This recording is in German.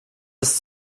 des